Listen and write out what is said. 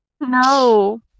No